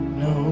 no